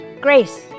Grace